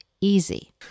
easy